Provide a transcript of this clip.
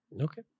Okay